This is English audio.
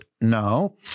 No